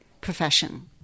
profession